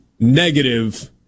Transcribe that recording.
negative